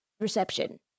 reception